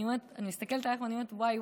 אני מסתכלת עלייך ואני אומרת: וואי,